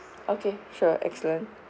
okay sure excellent